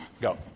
go